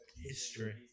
History